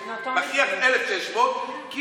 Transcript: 1,600 שקל,